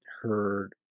heard